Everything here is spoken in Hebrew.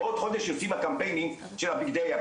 בעוד חודש יוצאים הקמפיינים של הבגדי ים,